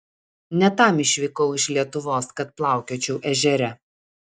ne tam išvykau iš lietuvos kad plaukiočiau ežere